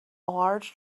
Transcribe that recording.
large